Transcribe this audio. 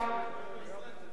אני רוצה לומר לך,